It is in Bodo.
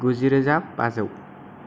गुजि रोजा बाजौ